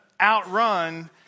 outrun